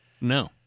No